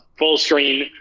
Fullscreen